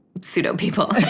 pseudo-people